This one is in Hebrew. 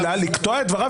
לשאול את היועץ המשפטי,